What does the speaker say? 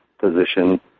position